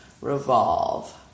revolve